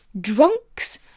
drunks